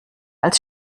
als